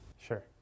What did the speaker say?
Sure